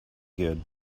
good